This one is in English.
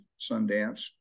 Sundance